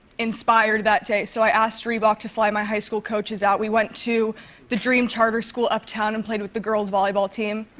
inspired that day. so i asked reebok to fly my high school coaches out. we went to the dream charter school uptown and played with the girls' volleyball team.